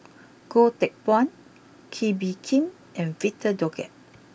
Goh Teck Phuan Kee Bee Khim and Victor Doggett